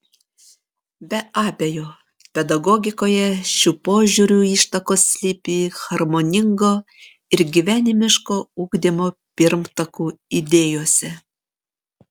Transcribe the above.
be abejo pedagogikoje šių požiūrių ištakos slypi harmoningo ir gyvenimiško ugdymo pirmtakų idėjose